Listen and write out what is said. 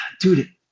Dude